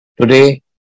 Today